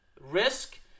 risk